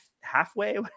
halfway